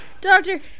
Doctor